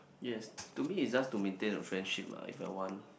yes to me is just to maintain a friendship lah if I want